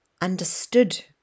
understood